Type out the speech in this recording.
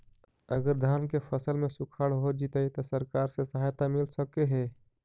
अगर धान के फ़सल में सुखाड़ होजितै त सरकार से सहायता मिल सके हे?